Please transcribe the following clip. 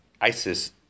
ISIS